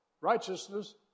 Righteousness